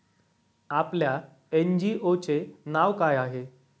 आपल्या एन.जी.ओ चे नाव काय आहे?